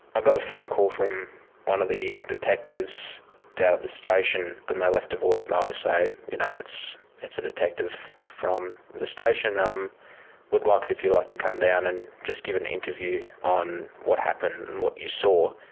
ah got a phone call from one of the detectives down at the station, and they left a voicemail to say, you know, it's it's a detective from the station, um we'd like it if you'd like to come down and just give an interview on what happened and what you saw.